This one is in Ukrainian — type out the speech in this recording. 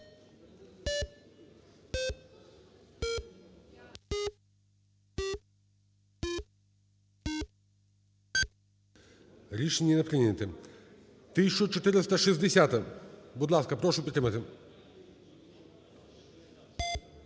Рішення не прийнято. 1460-а. Будь ласка, прошу підтримати.